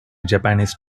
japanese